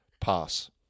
Pass